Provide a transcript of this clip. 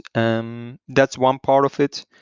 um that's one part of it.